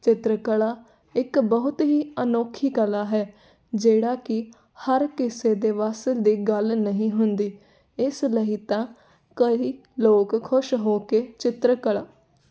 ਚਿੱਤਰਕਲਾ ਇੱਕ ਬਹੁਤ ਹੀ ਅਨੋਖੀ ਕਲਾ ਹੈ ਜਿਹੜਾ ਕਿ ਹਰ ਕਿਸੇ ਦੇ ਵੱਸ ਦੀ ਗੱਲ ਨਹੀਂ ਹੁੰਦੀ ਇਸ ਲਈ ਤਾਂ ਕਈ ਲੋਕ ਖੁਸ਼ ਹੋ ਕੇ ਚਿੱਤਰਕਲਾ